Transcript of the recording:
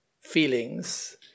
feelings